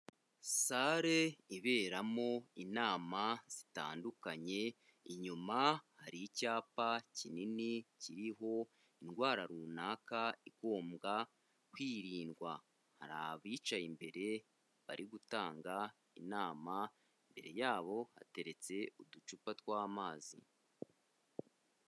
Sale iberamo inama zitandukanye, inyuma hari icyapa kinini kiriho indwara runaka igombwa kwirindwa. Hari abicaye imbere bari gutanga inama, imbere yabo hateretse uducupa tw'amazi.